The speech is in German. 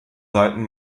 seiten